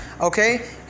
Okay